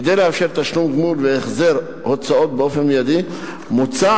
כדי לאפשר תשלום גמול והחזר הוצאות באופן מיידי מוצע